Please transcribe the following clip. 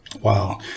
Wow